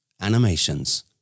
animations